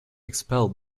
expel